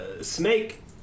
Snake